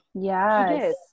yes